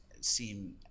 seem